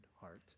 heart